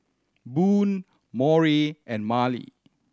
Boone Maury and Marlie